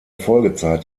folgezeit